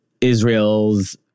Israel's